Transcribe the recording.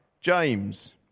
James